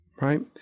right